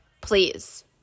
please